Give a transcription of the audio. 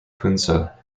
hunza